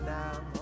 now